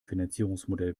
finanzierungsmodell